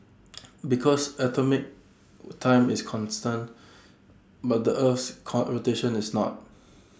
because atomic time is constant but the Earth's rotation is not